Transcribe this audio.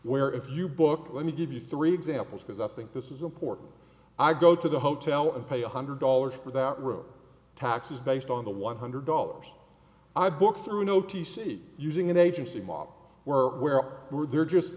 where if you book let me give you three examples because i think this is important i go to the hotel and pay one hundred dollars for that room taxes based on the one hundred dollars i booked through no t c using an agency model we're where we're there just